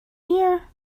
here